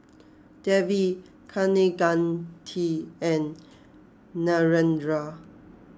Devi Kaneganti and Narendra